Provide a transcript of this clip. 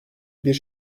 bir